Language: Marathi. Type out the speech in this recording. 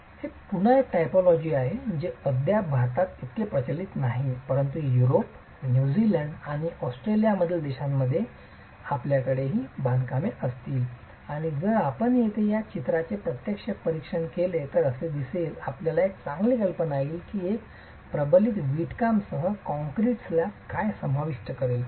हे पुन्हा एक टायपॉलॉजी आहे जे अद्याप भारतात इतके प्रचलित नाही परंतु युरोप न्यूझीलंड आणि ऑस्ट्रेलियामधील देशांमध्ये आपल्याकडे ही बांधकामे असतील आणि जर आपण येथे या चित्राचे प्रत्यक्ष परीक्षण केले तर ते दिसेल आपल्याला एक चांगली कल्पना येईल एक प्रबलित वीटकाम सह कंक्रीट स्लॅब काय समाविष्ट करेल